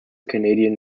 canadian